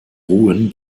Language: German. ruhen